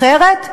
אחרת,